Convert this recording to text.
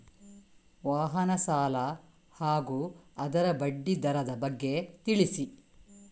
ವಾಹನ ಸಾಲ ಹಾಗೂ ಅದರ ಬಡ್ಡಿ ದರದ ಬಗ್ಗೆ ತಿಳಿಸಿ?